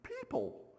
people